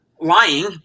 lying